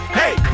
hey